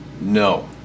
no